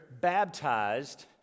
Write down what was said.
baptized